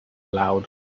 aloud